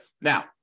Now